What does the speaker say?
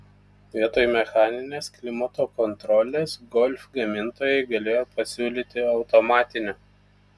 vietoj mechaninės klimato kontrolės golf gamintojai galėjo pasiūlyti automatinę